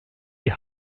die